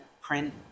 print